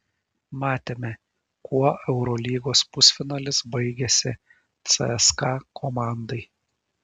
matėme kuo eurolygos pusfinalis baigėsi cska komandai